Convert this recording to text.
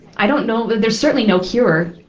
i don't know, there's certainly no cure.